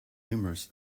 numerous